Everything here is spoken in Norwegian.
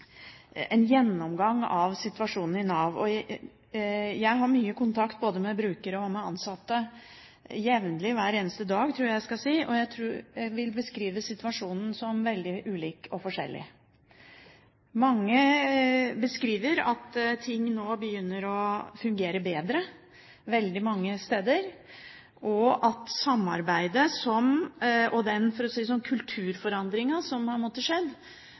en gjennomgang av situasjonen i Nav. Jeg har mye kontakt både med brukere og med ansatte jevnlig – hver eneste dag, tror jeg at jeg må si. Jeg vil beskrive situasjonen som veldig ulik og forskjellig. Mange beskriver at ting nå begynner å fungere bedre veldig mange steder, og at samarbeidet og den kulturforandringen som har måttet skje, har begynt å